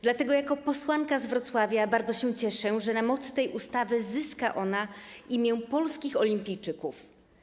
Dlatego jako posłanka z Wrocławia bardzo się cieszę, że na mocy tej ustawy zyska ona imię polskich olimpijczyków.